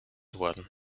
worden